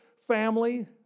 family